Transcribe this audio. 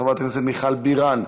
חברת הכנסת מיכל בירן,